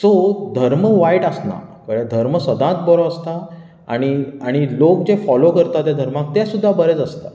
so धर्म वायट आसना कळ्ळें धर्म सदांत बरो आसता आनी आनी लोक जें फॉलो करता त्या धर्माक तें सुद्दां बरेंच आसता